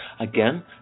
Again